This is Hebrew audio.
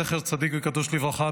זכר צדיק וקדוש לברכה,